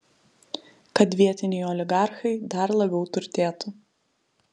kad vietiniai oligarchai dar labiau turtėtų